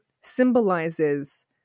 symbolizes